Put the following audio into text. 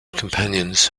companions